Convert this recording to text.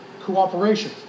cooperation